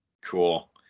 Cool